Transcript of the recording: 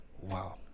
Wow